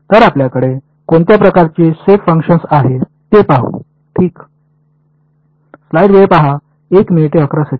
तर आपल्याकडे कोणत्या प्रकारची शेप फंक्शन्स आहेत ते पाहू ठीक